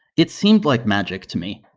it seemed like magic to me.